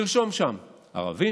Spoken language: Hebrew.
תרשום שם "ערבים",